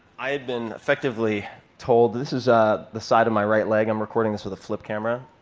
i had been effectively told this is ah the side of my right leg. i'm recording this with a flip camera,